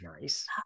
Nice